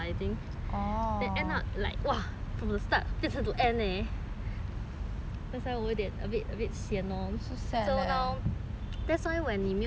like !wah! from the start 变成 to end that's why 我有一点 a bit a bit sian so now that's why when 你没有事做坐在家里继续花钱